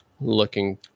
looking